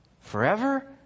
Forever